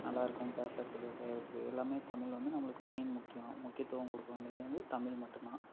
நல்லாயிருக்கும் பேசுகிறதுக்கு செய்கிறதுக்கு எல்லாமே தமிழ் வந்து நம்மளுக்கு மெய்ன் முக்கியம் முக்கியத்துவம் கொடுக்க வேண்டியது வந்து தமிழ் மட்டும் தான்